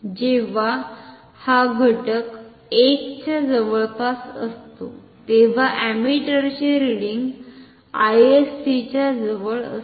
जेव्हा हा घटक 1 च्या जवळपास असतो तेव्हा अमिटरचे रिडिंग Isc च्या जवळ असते